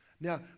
Now